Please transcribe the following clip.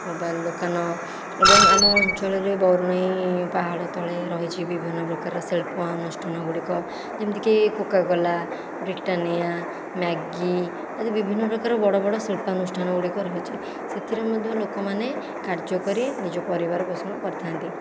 mobile ଦୋକାନ ଏବଂ ଆମ ଅଞ୍ଚଳରେ ବରୁଣେଇ ପାହାଡ଼ ତଳେ ରହିଛି ବିଭିନ୍ନପ୍ରକାର ଶିଳ୍ପାଅନୁଷ୍ଠାନ ଗୁଡ଼ିକ ଯେମିତିକି କୋକାକୋଲା ବ୍ରିଟାନିୟା ମ୍ୟାଗି ଆଦି ବିଭିନ୍ନପ୍ରକାର ବଡ଼ବଡ଼ ଶିଳ୍ପାଅନୁଷ୍ଠାନ ଗୁଡ଼ିକ ରହିଛି ସେଥିରେ ମଧ୍ୟ ଲୋକମାନେ କାର୍ଯ୍ୟକରି ନିଜର ପରିବାର ପୋଷଣ କରିଥାଆନ୍ତି